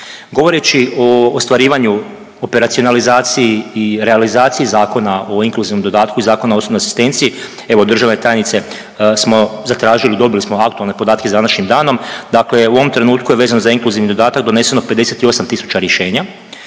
Govoreći o ostvarivanju, operacionalizaciji i realizaciji Zakona o inkluzivnom dodatku i Zakona o osobnoj asistenciji evo državna tajnice smo zatražili, dobili smo aktualne podatke sa današnjim danom. Dakle, u ovom trenutku je vezano za inkluzivni dodatak doneseno 58000 rješenja